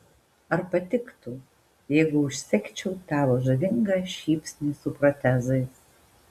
ar patiktų jeigu užsegčiau tavo žavingą šypsnį su protezais